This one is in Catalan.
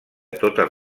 totes